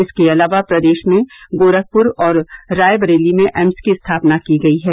इसके अलावा प्रदेश में गोरखपुर और रायबरेली में एम्स की स्थापना की गयी है